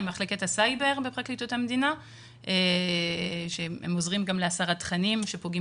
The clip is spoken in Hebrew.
עם מחלקת הסייבר בפרקליטות המדינה שעוזרת גם בהסרת תכנים שפוגעים